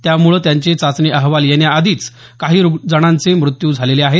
त्यामुळे त्यांचे चाचणी अहवाल येण्याआधी काही जणांचे मृत्यू झालेले आहेत